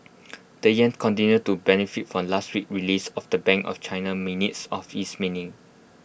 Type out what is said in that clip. the Yen continues to benefit from last week's release of the bank of China minutes of its meaning